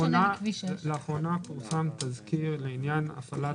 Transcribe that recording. לאחרונה פורסם תזכיר לעניין הפעלת